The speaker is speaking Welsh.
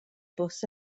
bws